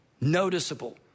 noticeable